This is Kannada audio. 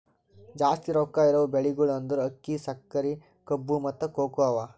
ಜಾಸ್ತಿ ರೊಕ್ಕಾ ಇರವು ಬೆಳಿಗೊಳ್ ಅಂದುರ್ ಅಕ್ಕಿ, ಸಕರಿ, ಕಬ್ಬು, ಮತ್ತ ಕೋಕೋ ಅವಾ